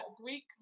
Greek